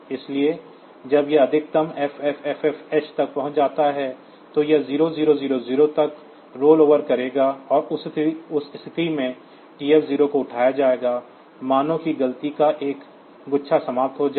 इसलिए जब यह अधिकतम FFFFH तक पहुँच जाता है तो यह 0000 तक रोलओवर करेगा और उस स्थिति में TF0 को उठाया जाएगा मानो कि गिनती का 1 गुच्छा समाप्त हो गया है